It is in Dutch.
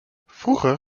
vroeger